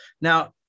Now